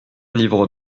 livres